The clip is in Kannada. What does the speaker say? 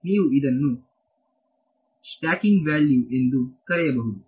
ನೀವು ಇದನ್ನು ಸ್ಟ್ಯಾಟಿಕ್ ವ್ಯಾಲ್ಯೂ ಎಂದು ಕರೆಯಬಹುದು